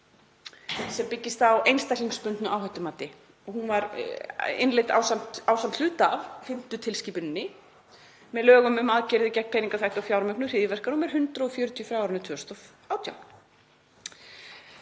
sem byggist á einstaklingsbundnu áhættumati. Hún var innleidd ásamt hluta af fimmtu tilskipuninni með lögum um aðgerðir gegn peningaþvætti og fjármögnun hryðjuverka, nr. 140/2018.